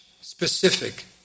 specific